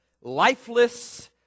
lifeless